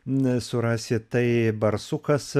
nesurasi tai barsukas